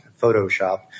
Photoshop